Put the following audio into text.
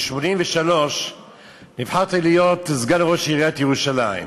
ב-1983 נבחרתי להיות סגן ראש עיריית ירושלים.